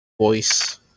voice